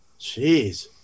Jeez